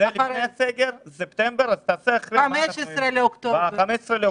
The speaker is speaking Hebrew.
15 באוקטובר.